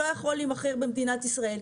לא יכול להימכר במדינת ישראל.